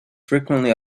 frequently